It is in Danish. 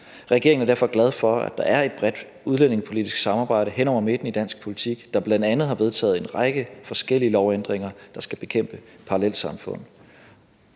Regeringen er derfor glad for, at der er et bredt udlændingepolitisk samarbejde hen over midten i dansk politik, der bl.a. har vedtaget en række forskellige lovændringer, der skal bekæmpe parallelsamfund.